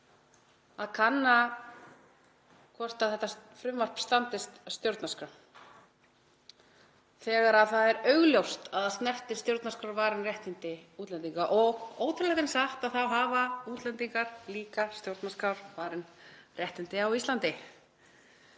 að kanna hvort frumvarpið standist stjórnarskrá þegar það er augljóst að það snertir stjórnarskrárvarin réttindi útlendinga. Ótrúlegt en satt hafa útlendingar líka stjórnarskrárvarin réttindi á Íslandi.